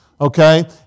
Okay